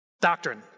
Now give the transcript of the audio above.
Doctrine